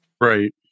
Right